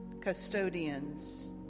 custodians